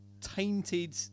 tainted